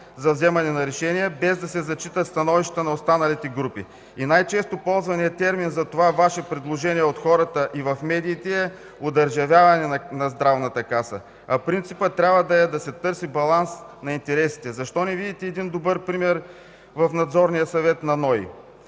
за вземане на решения, без да се зачитат становищата на останалите групи. Най-често ползваният термин за това Ваше предложение от хората и в медиите е „одържавяване на Националната здравноосигурителна каса”, а принципът трябва да е да се търси баланс на интересите. Защо не видите един добър пример в Надзорния съвет на НОИ?